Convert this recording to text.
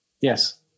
Yes